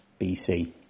BC